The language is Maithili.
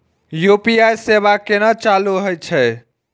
यू.पी.आई सेवा केना चालू है छै?